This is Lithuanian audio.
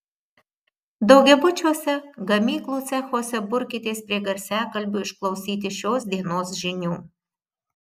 daugiabučiuose gamyklų cechuose burkitės prie garsiakalbių išklausyti šios dienos žinių